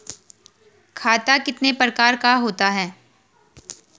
खाता कितने प्रकार का होता है?